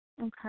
Okay